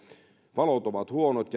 valot ovat huonot